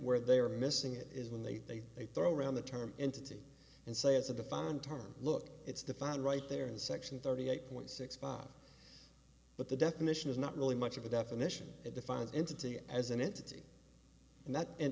where they are missing it is when they say they throw around the term entity and say it's of the found term look it's defined right there in section thirty eight point six five but the definition is not really much of a definition it defines entity as an entity and that and